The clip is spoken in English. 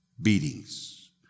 Beatings